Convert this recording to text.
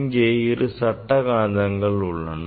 இங்கே இரு சட்ட காந்தங்கள் உள்ளன